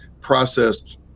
processed